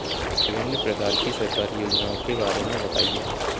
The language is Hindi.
विभिन्न प्रकार की सरकारी योजनाओं के बारे में बताइए?